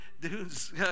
dudes